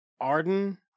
Arden